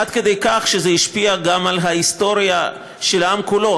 עד כדי כך שזה השפיע על ההיסטוריה של העם כולו,